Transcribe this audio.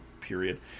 period